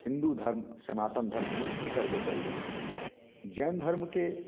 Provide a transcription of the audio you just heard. हिंदू धर्म सनातन धर्म ही सर्वोपरि है जैन धर्म के